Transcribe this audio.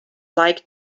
like